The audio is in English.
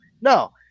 No